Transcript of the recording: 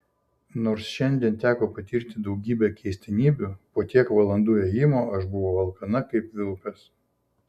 nors šiandien teko patirti daugybę keistenybių po tiek valandų ėjimo aš buvau alkana kaip vilkas